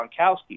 Gronkowski